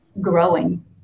growing